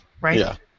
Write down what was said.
right